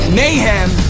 mayhem